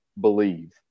believe